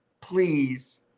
please